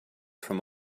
from